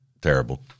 terrible